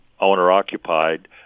owner-occupied